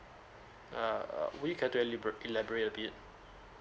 err will you get to elaborate elaborate a bit